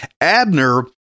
Abner